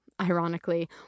Ironically